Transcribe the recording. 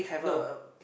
no